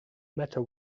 matter